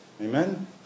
Amen